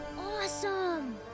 awesome